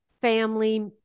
family